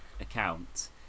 account